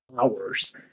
hours